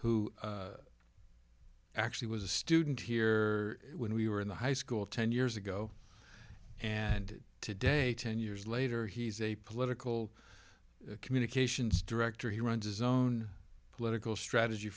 who actually was a student here when we were in the high school ten years ago and today ten years later he's a political communications director he runs his own political strategy